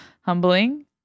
Humbling